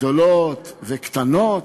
גדולות וקטנות,